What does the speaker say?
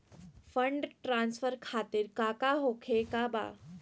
Fund transfer खातिर काका होखे का बा?